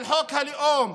על חוק הלאום,